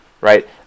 right